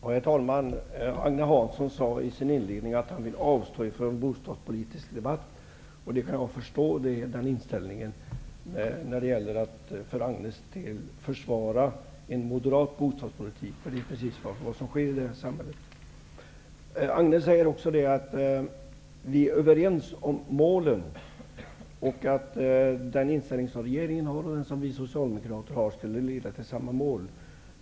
Herr talman! Agne Hansson sade i sin inledning att han ville avstå från en bostadspolitisk debatt. Jag kan förstå den inställningen när det gäller att försvara en moderat bostadspolitik. Det är nämligen precis en sådan som förs i det här samhället. Agne Hansson sade också att vi är överens om målen och att regeringens och Socialdemokraternas inställning skulle leda till samma mål.